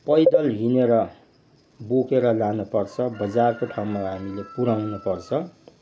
पैदल हिँडेर बोकेर लानुपर्छ बजारको ठाउँमा हामीले पुऱ्याउनपर्छ